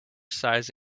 size